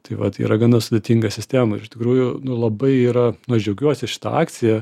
tai vat yra gana sudėtinga sistema iš tikrųjų nu labai yra nu aš džiaugiuosi šita akcija